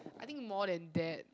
I think more than that